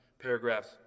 paragraphs